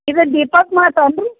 ಇದು ದೀಪಕ್ ಮಾರ್ಟ್ ಏನುರಿ